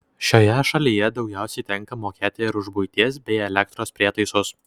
šioje šalyje daugiausiai tenka mokėti ir už buities bei elektros prietaisus